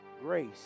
grace